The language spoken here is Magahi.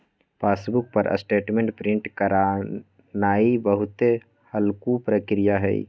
पासबुक पर स्टेटमेंट प्रिंट करानाइ बहुते हल्लुक प्रक्रिया हइ